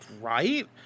Right